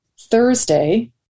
Thursday